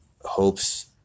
hopes